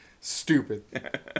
stupid